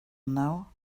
now